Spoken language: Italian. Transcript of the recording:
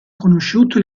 conosciuto